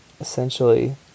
essentially